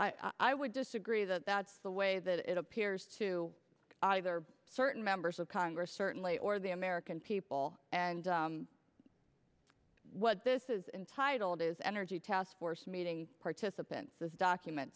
well i would disagree that that's the way that it appears to either certain members of congress certainly or the american people and what this is entitled is energy task force meeting participants this document